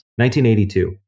1982